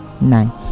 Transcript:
nine